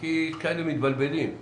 כי יש כאלה שמתבלבלים,